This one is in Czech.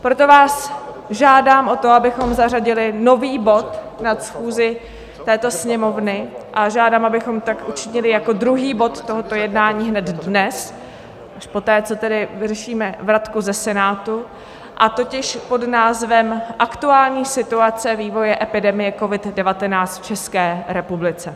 Proto vás žádám o to, abychom zařadili nový bod na schůzi této Sněmovny, a žádám, abychom tak učinili jako druhý bod tohoto jednání hned dnes, až poté, co tedy vyřešíme vratku ze Senátu, a totiž pod názvem Aktuální situace vývoje epidemie COVID19 v České republice.